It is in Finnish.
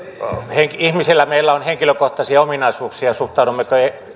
meillä ihmisillä on henkilökohtaisia ominaisuuksia siinä suhtaudummeko